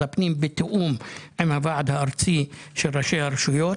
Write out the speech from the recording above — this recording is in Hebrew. הפנים בתיאום הוועד הארצי של ראשי הרשויות